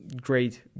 great